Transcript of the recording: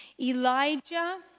Elijah